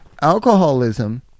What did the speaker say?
alcoholism